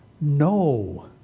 no